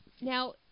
Now